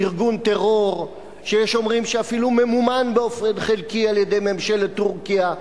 ארגון טרור שיש אומרים שאפילו ממומן באופן חלקי על-ידי ממשלת טורקיה,